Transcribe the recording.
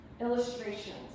illustrations